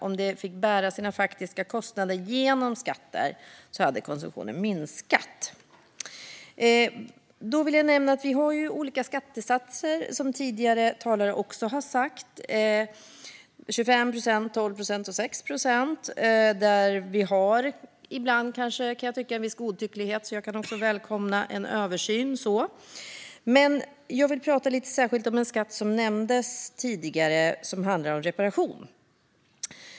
Om detta fick bära sina faktiska kostnader genom skatter hade konsumtionen minskat. Vi har olika skattesatser, som tidigare talare också har sagt. Det är 25 procent, 12 procent och 6 procent. Ibland kan jag tycka att det är en viss godtycklighet, och jag kan därför välkomna en översyn. Men jag vill särskilt prata lite grann om en skatt som nämndes tidigare och som handlar om reparation.